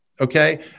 okay